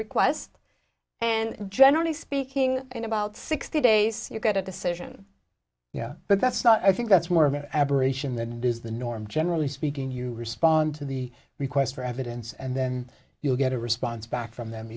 requests and generally speaking in about sixty days you get a decision yeah but that's not i think that's more of an aberration than it is the norm generally speaking you respond to the requests for evidence and then you'll get a response back from them